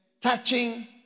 touching